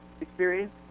experience